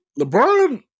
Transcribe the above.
LeBron